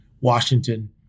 Washington